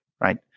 right